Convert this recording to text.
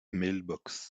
mailbox